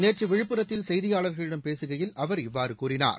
நேற்று விழுப்புரத்தில் செய்தியாளர்களிடம் பேசுகையில் அவர் இவ்வாறு கூறினார்